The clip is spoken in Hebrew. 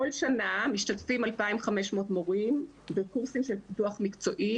כל שנה משתתפים 2,500 מורים בקורסים של פיתוח מקצועי